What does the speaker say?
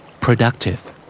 Productive